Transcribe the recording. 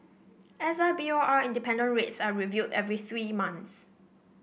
S I B O R independent rates are reviewed every three months